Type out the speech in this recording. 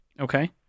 Okay